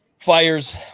Fires